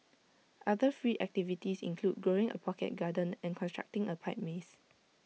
other free activities include growing A pocket garden and constructing A pipe maze